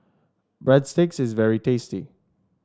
breadsticks is very tasty